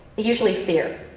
usually fear.